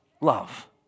love